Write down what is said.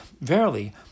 verily